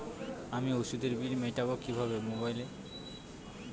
আমি ওষুধের বিল মেটাব কিভাবে মোবাইলে?